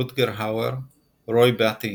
רוטגר האוור – רוי באטי,